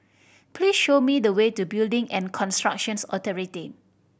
please show me the way to Building and Constructions Authority